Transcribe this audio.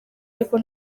ariko